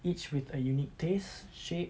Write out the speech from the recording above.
each with a unique taste shape